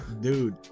Dude